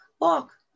walk